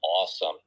awesome